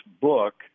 book